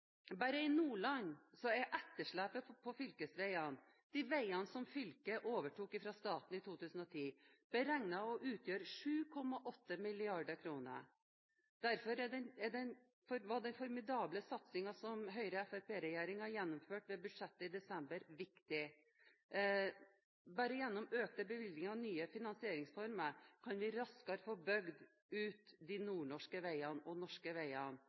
Bare i Nordland er etterslepet på fylkesveiene – de veiene som fylket overtok fra staten i 2010 – beregnet å utgjøre 7,8 mrd. kr. Derfor var den formidable satsingen som Høyre–Fremskrittsparti-regjeringen gjennomførte ved budsjettet i desember, viktig. Bare gjennom økte bevilgninger og nye finansieringsformer kan vi raskere få bygd ut de nordnorske og norske veiene,